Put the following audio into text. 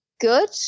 good